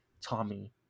Tommy